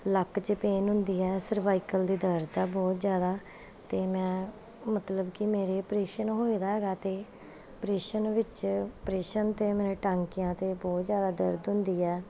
ਲੱਕ 'ਚ ਪੇਨ ਹੁੰਦੀ ਹੈ ਸਰਵਾਈਕਲ ਦੀ ਦਰਦ ਆ ਬਹੁਤ ਜ਼ਿਆਦਾ ਅਤੇ ਮੈਂ ਮਤਲਬ ਕਿ ਮੇਰੇ ਪ੍ਰੇਸ਼ਨ ਹੋਏਗਾ ਅਤੇ ਪ੍ਰੇਸ਼ਨ ਵਿੱਚ ਪ੍ਰੇਸ਼ਨ ਅਤੇ ਮੇਰੇ ਟਾਂਕਿਆਂ 'ਤੇ ਬਹੁਤ ਜ਼ਿਆਦਾ ਦਰਦ ਹੁੰਦੀ ਹੈ